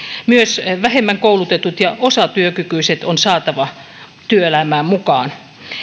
myös vähemmän koulutetut ja osatyökykyiset on saatava työelämään mukaan